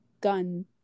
gun